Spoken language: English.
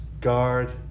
guard